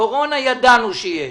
קורונה ידענו שיש,